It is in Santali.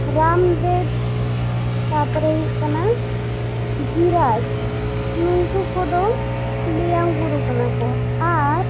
ᱨᱟᱢᱫᱮᱵᱽ ᱛᱟᱯᱚᱨᱮ ᱦᱩᱭᱩᱜ ᱠᱟᱱᱟ ᱫᱷᱤᱨᱟᱡᱽ ᱱᱩᱝᱠᱩ ᱠᱚᱫᱚ ᱵᱮᱭᱟᱢ ᱜᱩᱨᱩ ᱠᱟᱱᱟ ᱠᱚ ᱟᱨ